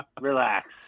relax